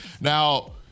Now